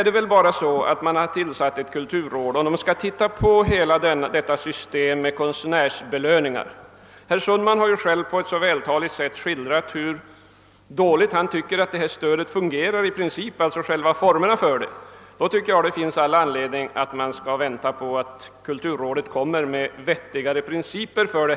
Det har nu tillsatts ett kulturråd som skall se över hela systemet med konstnärsbelöningar. Herr Sundman har själv på ett vältaligt sätt skildrat hur dåligt han tycker det nuvarande systemet fungerar, alltså själva formerna för det. Därför anser jag att det finns all anledning att vänta tills kulturrådet kommer med vettigare principer.